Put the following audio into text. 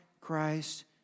Christ